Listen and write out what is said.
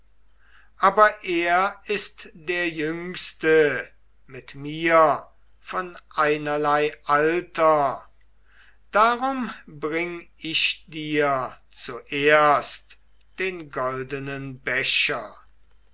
aber er ist der jüngste mit mir von einerlei alter darum bring ich dir zuerst den goldenen becher